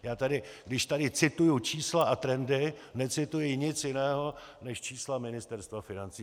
Já tady, když cituji čísla a trendy, necituji nic jiného než čísla Ministerstva financí.